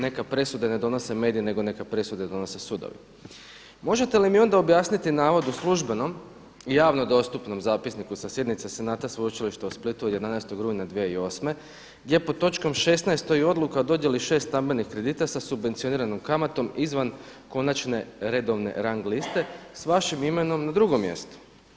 Neka presude ne donose mediji, nego neka presude donose sudovi.“ Možete li mi onda objasniti navod u službenom i javno dostupnom zapisniku sa sjednice Senata Sveučilišta u Splitu od 11. rujna 2008. gdje pod točkom 16. stoji odluka o dodjeli 6 stambenih kredita sa subvencioniranom kamatom izvan konačne redovne rang liste s vašim imenom na drugom mjestu.